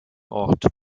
ort